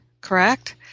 correct